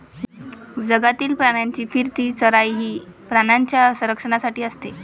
जंगलातील प्राण्यांची फिरती चराई ही प्राण्यांच्या संरक्षणासाठी असते